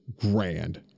grand